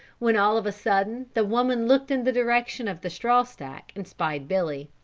when all of a sudden the woman looked in the direction of the straw-stack and spied billy.